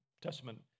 Testament